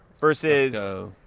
versus